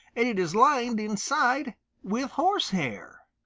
and it is lined inside with horse-hair.